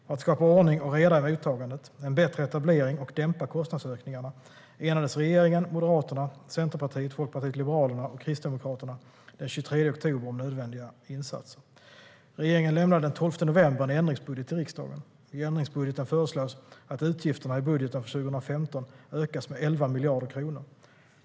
För att skapa ordning och reda i mottagandet, en bättre etablering och dämpa kostnadsökningarna enades regeringen, Moderaterna, Centerpartiet, Folkpartiet liberalerna och Kristdemokraterna den 23 oktober om nödvändiga insatser. Regeringen lämnade den 12 november en ändringsbudget till riksdagen. I ändringsbudgeten föreslås att utgifterna i budgeten för 2015 ökas med 11 miljarder kronor.